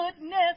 goodness